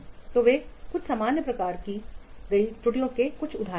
तो ये कुछ सामान्य रूप से की गई त्रुटियों के कुछ उदाहरण हैं